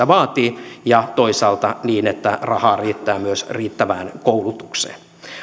vaatii ja toisaalta niin että rahaa riittää myös riittävään koulutukseen